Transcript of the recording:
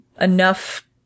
enough